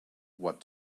what